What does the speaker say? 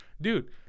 dude